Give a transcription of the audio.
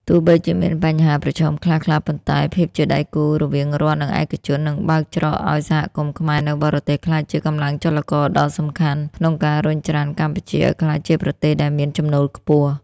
ទោះបីជាមានបញ្ហាប្រឈមខ្លះៗ ប៉ុន្តែ ភាពជាដៃគូរវាងរដ្ឋ និងឯកជន នឹងបើកច្រកឱ្យសហគមន៍ខ្មែរនៅបរទេសក្លាយជាកម្លាំងចលករដ៏សំខាន់ ក្នុងការរុញច្រានកម្ពុជាឱ្យក្លាយជាប្រទេសដែលមានចំណូលខ្ពស់។